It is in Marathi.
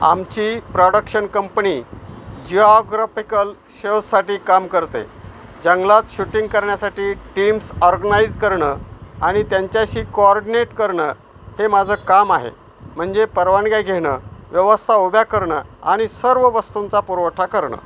आमची प्रॉडक्शण कंपणी जिऑग्रपिकल शोजसाठी काम करते जंगलात शुटिंग करण्यासाठी टीम्स् ऑर्गनाइज करणं आणि त्यांच्याशी कोऑर्डनेट करणं हे माझं काम आहे म्हणजे परवानग्या घेणं व्यवस्था उभ्या करणं आणि सर्व वस्तूंचा पुरवठा करणं